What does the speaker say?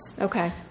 Okay